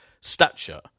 stature